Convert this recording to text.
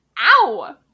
Ow